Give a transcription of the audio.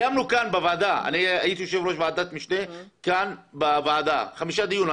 הייתי יושב-ראש ועדת משנה בוועדה וקיימנו כאן חמש ישיבות.